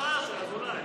משמעות לבקשה, עוד פעם.